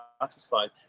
satisfied